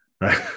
right